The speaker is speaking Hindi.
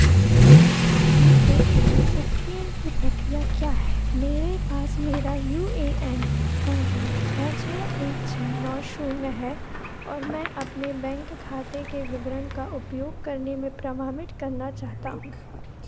यू ए एन सक्रियण की प्रक्रिया क्या है मेरे पास मेरा यू ए एन संख्या छः छः एक छः नौ शून्य है और मैं अपने बैंक खाते के विवरण का उपयोग करने में प्रमाणित करना चाहता हूँ